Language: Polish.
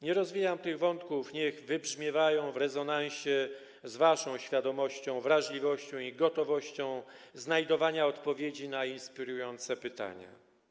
Nie rozwijam tych wątków, niech wybrzmiewają w rezonansie z waszą świadomością, wrażliwością i gotowością znajdowania odpowiedzi na inspirujące pytania.